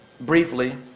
briefly